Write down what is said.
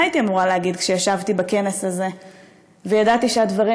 מה הייתי אמורה להגיד כשישבתי בכנס הזה וידעתי שהדברים